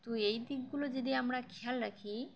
তো এই দিকগুলো যদি আমরা খেয়াল রাখি